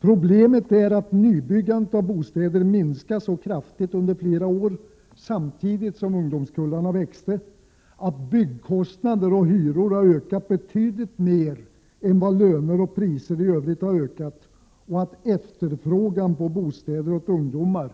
Problemet är att nybyggandet av bostäder minskade kraftigt under flera år samtidigt som ungdomskullarna växte, att byggkostnader och hyror ökat betydligt mer än vad löner och priser i övrigt ökat och att efterfrågan på bostäder åt ungdomar